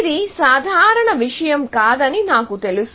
ఇది సాధారణ విషయం కాదని నాకు తెలుసు